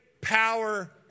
power